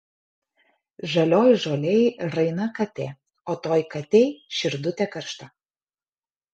žalioj žolėj raina katė o toj katėj širdutė karšta